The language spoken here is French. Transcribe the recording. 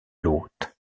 l’hôte